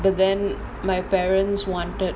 but then my parents wanted